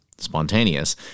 spontaneous